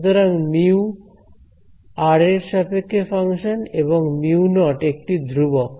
সুতরাং μ আর এর সাপেক্ষে ফাংশন এবং μ0 একটি ধ্রুবক